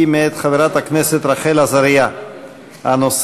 היא מאת חברת הכנסת רחל עזריה, הנושא: